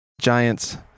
Giants